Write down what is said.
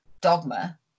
dogma